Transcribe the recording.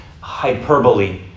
hyperbole